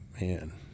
man